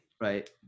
Right